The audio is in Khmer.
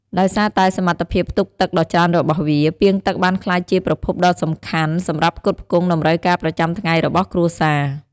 ដោយសារតែសមត្ថភាពផ្ទុកទឹកដ៏ច្រើនរបស់វា ពាងទឹកបានក្លាយជាប្រភពទឹកដ៏សំខាន់សម្រាប់ផ្គត់ផ្គង់តម្រូវការប្រចាំថ្ងៃរបស់គ្រួសារ។